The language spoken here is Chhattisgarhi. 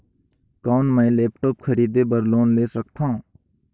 कौन मैं लेपटॉप खरीदे बर लोन ले सकथव?